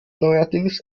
neuerdings